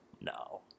No